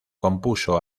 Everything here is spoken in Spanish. compuso